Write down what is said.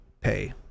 pay